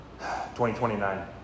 2029